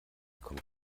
kommt